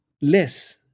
less